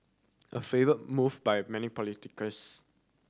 a favoured move by many politicians